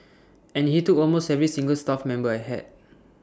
and he took almost every single staff member I had